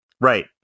Right